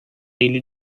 elli